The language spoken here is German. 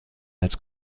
als